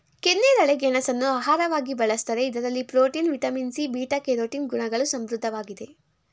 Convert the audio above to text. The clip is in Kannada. ಕೆನ್ನೇರಳೆ ಗೆಣಸನ್ನು ಆಹಾರವಾಗಿ ಬಳ್ಸತ್ತರೆ ಇದರಲ್ಲಿ protein, vitamin C, beta carotene ಗುಣಗಳು ಸಮೃದ್ಧವಾಗಿದೆ